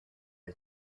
how